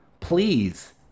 Please